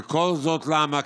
וכל זאת למה?